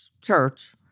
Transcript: church